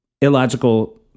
illogical